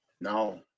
No